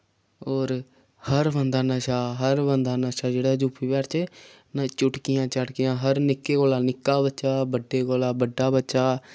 और हर बंदा नशा हर बंदा नशा जेह्ड़ा यूपी बिहार च चुटकियां चाटकियां हर निक्के कोला निक्का बच्चा बड्डे कोला बड्डा बच्चा